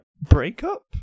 breakup